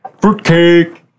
Fruitcake